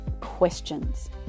questions